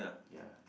ya